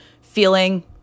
feeling